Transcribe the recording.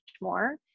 more